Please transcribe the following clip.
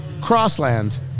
Crossland